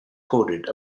quoted